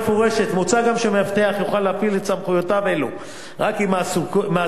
מוצע גם שמאבטח יוכל להפעיל את סמכויותיו אלה רק אם מעסיקו